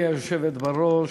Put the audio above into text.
גברתי היושבת בראש,